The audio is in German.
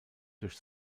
durch